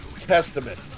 testament